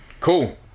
cool